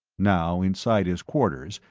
now, inside his quarters,